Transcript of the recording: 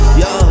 yo